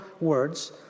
words